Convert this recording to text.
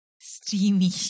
Steamy